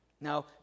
Now